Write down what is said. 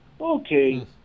Okay